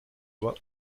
loi